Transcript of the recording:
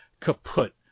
kaput